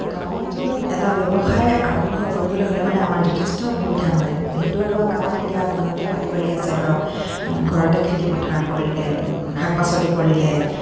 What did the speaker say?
গাঁও অঞ্চলত এটা ব্যৱসায় আৰম্ভ কৰিবলৈ হ'লে মানে আমাৰ যথেষ্ট অসুবিধা হয় ভিতৰুৱা গাঁৱত এতিয়া ঘৰতে মাটি বাৰী আছে ধৰক ঘৰতে খেতি পথাৰ কৰিলে শাক পাচলি কৰিলে